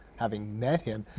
having met him.